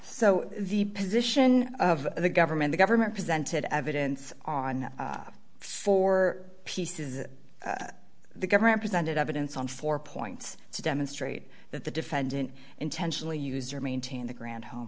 so the position of the government the government presented evidence on four pieces the government presented evidence on four points to demonstrate that the defendant intentionally used or maintained the grand home